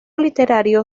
literario